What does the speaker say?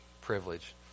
privilege